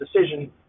decision